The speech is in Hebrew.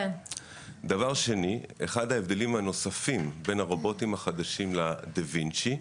דבר שני: אחד ההבדלים הנוספים בין הרובוטים הנוספים לדה וינצ'י,